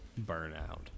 burnout